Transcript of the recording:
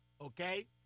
Okay